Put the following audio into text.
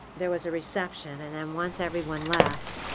there was a reception. and then once everyone left,